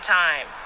time